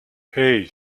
hei